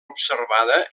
observada